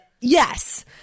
Yes